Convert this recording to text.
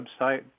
website